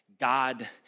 God